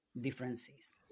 differences